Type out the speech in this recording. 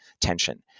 tension